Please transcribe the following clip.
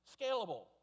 scalable